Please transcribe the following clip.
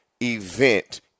event